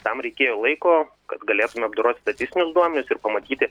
tam reikėjo laiko kad galėtume apdoroti statistinius duomenis ir pamatyti